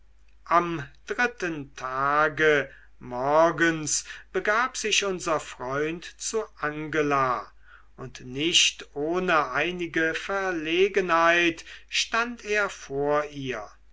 am dritten tage morgens begab sich unser freund zu angela und nicht ohne einige verlegenheit stand er vor ihr